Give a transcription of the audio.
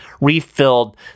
refilled